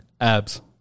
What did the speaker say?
Abs